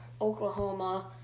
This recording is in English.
Oklahoma –